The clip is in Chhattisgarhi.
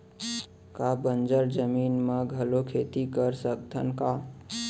का बंजर जमीन म घलो खेती कर सकथन का?